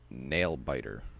Nailbiter